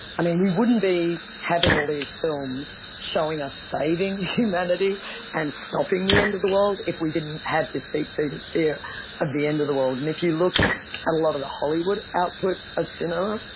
we wouldn't be having all these films showing us saving humanity and stopping the end of the world if we didn't have this deep-seated fear of the end of the world. and if you look at a lot of the hollywood output of cinema,